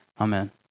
Amen